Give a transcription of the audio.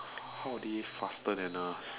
how did it faster than us